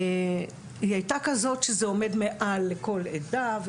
היא הייתה כזאת שזה עומד מעל לכל עדה,